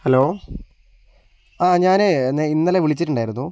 hello ആ ഞാനേ ഇന്നലെ വിളിച്ചിട്ടുണ്ടായിരുന്നു